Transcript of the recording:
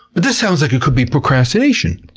but this sounds like it could be procrastination.